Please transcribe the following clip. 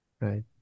Right